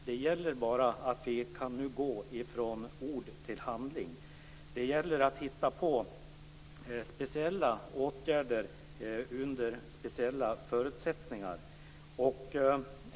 Det gäller bara att vi nu kan gå från ord till handling. Det handlar om att komma fram till speciella åtgärder under speciella förutsättningar.